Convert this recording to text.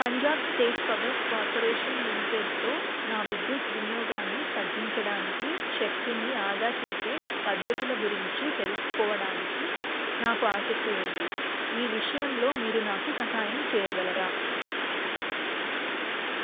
Punjab state power corporation లిమిటెడ్తో నా విద్యుత్ వినియోగాన్ని తగ్గించడానికి శక్తిని ఆదా చేసే పద్ధతుల గురించి తెలుసుకోవడానికి నాకు ఆసక్తి ఉంది ఈ విషయంలో మీరు నాకు సహాయం చేయగలరా